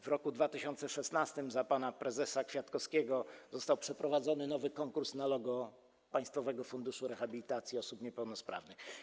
W roku 2016 za pana prezesa Kwiatkowskiego został przeprowadzony nowy konkurs na logo Państwowego Funduszu Rehabilitacji Osób Niepełnosprawnych.